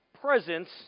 presence